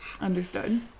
Understood